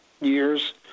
years